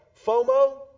FOMO